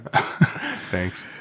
Thanks